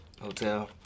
Hotel